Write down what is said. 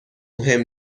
مهم